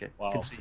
okay